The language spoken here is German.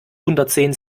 hundertzehn